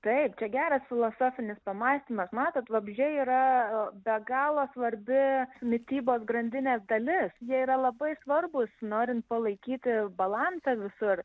taip čia geras filosofinis pamąstymas matot vabzdžiai yra be galo svarbi mitybos grandinės dalis jie yra labai svarbūs norint palaikyti balansą visur